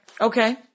Okay